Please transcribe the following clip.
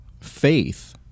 faith